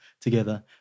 together